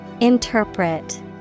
Interpret